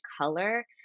color